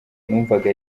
numvaga